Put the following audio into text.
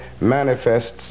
manifests